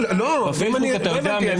לא הבנתי.